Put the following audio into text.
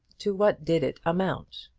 to what did it amount?